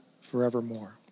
forevermore